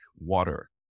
water